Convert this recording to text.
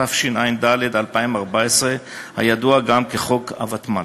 התשע"ד 2014, הידוע גם כחוק הוותמ"ל.